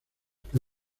que